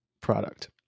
product